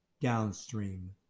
downstream